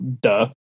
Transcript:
duh